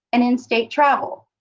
and in-state travel.